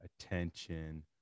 attention